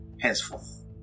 henceforth